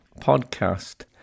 podcast